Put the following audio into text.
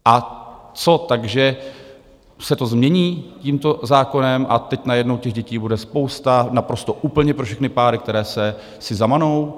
A co, takže se to změní tímto zákonem, a teď najednou těch dětí bude spousta naprosto, úplně pro všechny páry, které si zamanou?